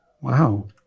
wow